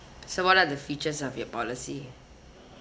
so what are the features of your policy